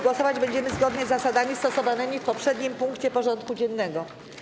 Głosować będziemy zgodnie z zasadami stosowanymi w poprzednim punkcie porządku dziennego.